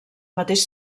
mateix